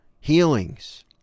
healings